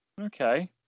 okay